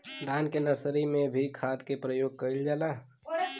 धान के नर्सरी में भी खाद के प्रयोग कइल जाला?